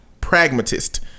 Pragmatist